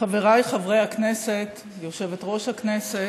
חבריי חברי הכנסת, סגנית יושב-ראש הכנסת,